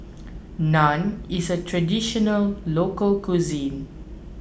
Naan is a Traditional Local Cuisine